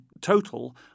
total